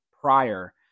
prior